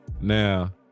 now